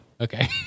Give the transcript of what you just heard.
Okay